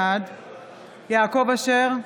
בעד יעקב אשר,